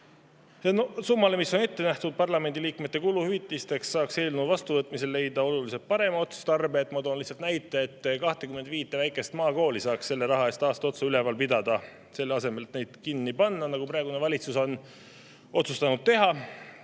Summale, mis on ette nähtud parlamendiliikmete kuluhüvitisteks, saaks eelnõu vastuvõtmisel leida oluliselt parema otstarbe. Ma toon lihtsalt näite, et 25 väikest maakooli saaks selle raha eest aasta otsa üleval pidada, selle asemel et neid kinni panna, nagu praegune valitsus on otsustanud teha.